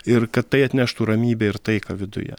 ir kad tai atneštų ramybę ir taiką viduje